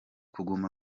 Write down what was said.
kuguma